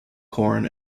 corn